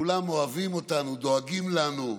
כולם אוהבים אותנו, דואגים לנו,